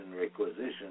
requisition